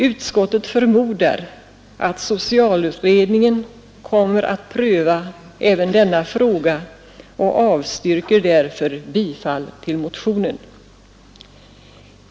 Utskottet förmodar att socialutredningen kommer att pröva även denna fråga och avstyrker därför bifall till motionen.